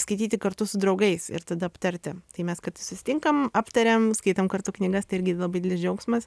skaityti kartu su draugais ir tada aptarti tai mes kartais susitinkam aptariam skaitom kartu knygas tai irgi labai didelis džiaugsmas